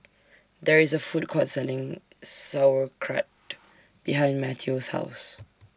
There IS A Food Court Selling Sauerkraut behind Matteo's House